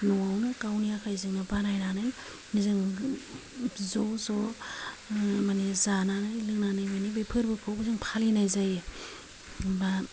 न'आवनो गावनि आखायजोंनो बानायनानै जों ज' ज' माने जानानै लोंनानै बे फोर्बोखौ जों फालिनाय जायो माबा